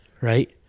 right